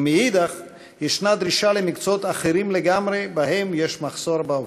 ומאידך יש דרישה למקצועות אחרים לגמרי ובהם יש מחסור בעובדים.